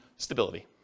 Stability